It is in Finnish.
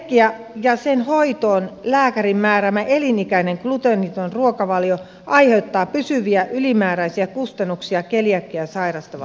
keliakia ja sen hoitoon lääkärin määräämä elinikäinen gluteeniton ruokavalio aiheuttaa pysyviä ylimääräisiä kustannuksia keliakiaa sairastavalle henkilölle